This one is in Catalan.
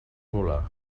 volar